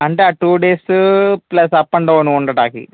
అంటే ఆ two days plus up and down ఉండడానికి